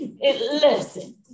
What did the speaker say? Listen